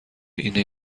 اینه